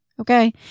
okay